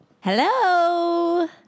Hello